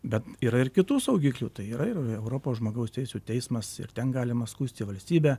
bet yra ir kitų saugiklių tai yra ir europos žmogaus teisių teismas ir ten galima skųsti valstybę